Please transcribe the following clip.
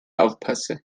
aufpasse